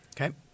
okay